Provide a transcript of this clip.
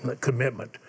commitment